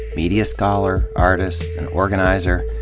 media scholar, artist, and organizer.